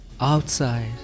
Outside